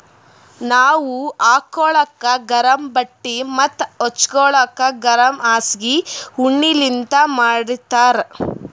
ನಾವ್ ಹಾಕೋಳಕ್ ಗರಮ್ ಬಟ್ಟಿ ಮತ್ತ್ ಹಚ್ಗೋಲಕ್ ಗರಮ್ ಹಾಸ್ಗಿ ಉಣ್ಣಿಲಿಂತ್ ಮಾಡಿರ್ತರ್